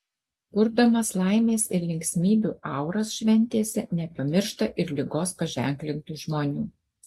kurdamas laimės ir linksmybių auras šventėse nepamiršta ir ligos paženklintų žmonių